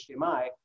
HDMI